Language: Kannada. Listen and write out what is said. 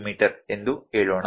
ಮೀ ಎಂದು ಹೇಳೋಣ